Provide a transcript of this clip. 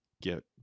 get